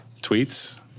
Tweets